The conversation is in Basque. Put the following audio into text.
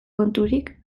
konturik